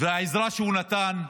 והעזרה שהוא נתן,